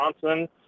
Johnson